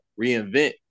reinvent